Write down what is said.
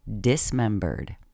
dismembered